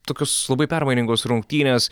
tokios labai permainingos rungtynės